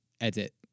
edit